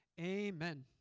Amen